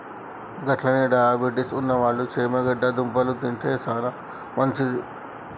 గట్లనే డయాబెటిస్ ఉన్నవాళ్ళు చేమగడ్డ దుంపలు తింటే సానా మంచిది